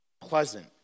pleasant